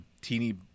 teeny